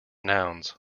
nouns